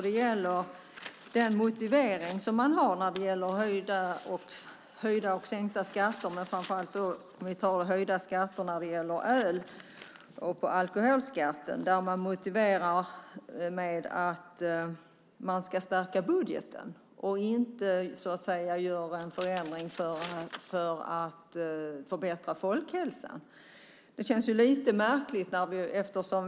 Det gäller motiveringen för höjda och sänkta skatter och då speciellt höjda skatter på öl och höjd alkoholskatt. Detta motiverar man med att man ska stärka budgeten och inte med att man gör en insats för att förbättra folkhälsan. Detta känns lite märkligt.